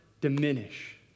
diminish